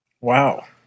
Wow